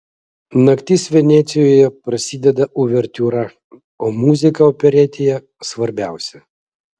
naktis venecijoje prasideda uvertiūra o muzika operetėje svarbiausia